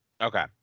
Okay